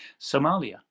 Somalia